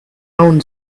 own